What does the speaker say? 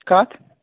کَتھ